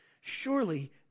Surely